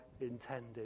intended